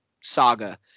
saga